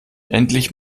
endlich